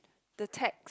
the tags